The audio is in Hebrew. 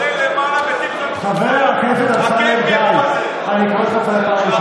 לחבר הכנסת אמסלם קשה להגיד שני משפטים,